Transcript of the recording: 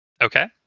Okay